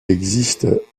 existe